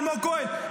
אלמוג כהן.